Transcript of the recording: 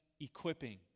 equipping